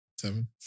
Seven